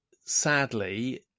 sadly